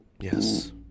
Yes